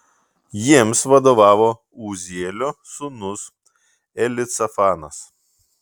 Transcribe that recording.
jiems vadovavo uzielio sūnus elicafanas